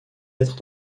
être